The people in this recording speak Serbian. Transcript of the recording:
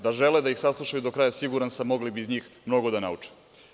Da žele da ih saslušaju do kraja, siguran sam da bi mogli iz njih mnogo da nauče.